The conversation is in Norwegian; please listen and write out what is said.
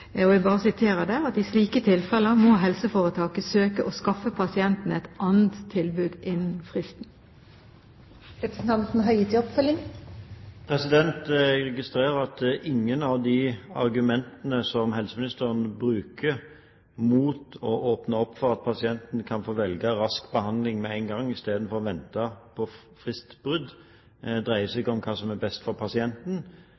Jeg siterer fra brevet: «I slike tilfeller må helseforetaket søke å skaffe pasienten et annet tilbud innen fristen.» Jeg registrerer at ingen av de argumentene som helseministeren bruker mot å åpne opp for at pasientene kan få velge rask behandling med én gang i stedet for å vente på fristbrudd, dreier